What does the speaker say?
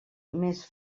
més